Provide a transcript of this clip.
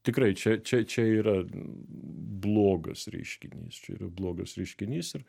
tikrai čia čia čia yra blogas reiškinys čia yra blogas reiškinys ir